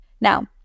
Now